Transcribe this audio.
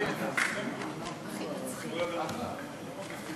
איתן, לפני שנתיים עמדתי על הבמה הזאת כחבר כנסת